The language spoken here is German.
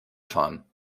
fahren